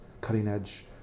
cutting-edge